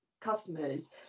customers